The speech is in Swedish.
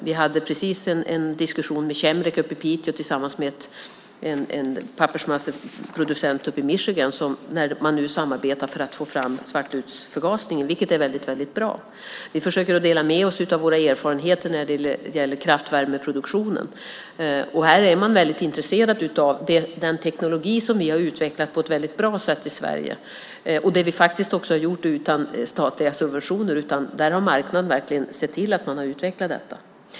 Vi har just haft en diskussion med Chemrec i Piteå tillsammans med en pappersmasseproducent från Michigan eftersom man nu samarbetar med för att få fram svartlutsförgasning, vilket är väldigt bra. Vi försöker dela med oss av våra erfarenheter när det gäller kraftvärmeproduktionen. Man är väldigt intresserad av den teknologi som vi på ett väldigt bra sätt har utvecklat i Sverige. Det har vi faktiskt gjort utan statliga subventioner. I stället har marknaden verkligen sett till att man har utvecklat detta.